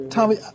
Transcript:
Tommy